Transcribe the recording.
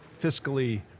fiscally